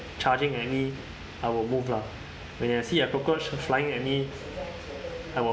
charging at me I will move lah when I see a cockroach flying at me I will